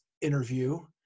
interview